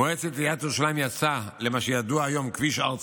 מועצת עיריית ירושלים יצאה למה שידוע היום ככביש הר ציון.